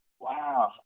wow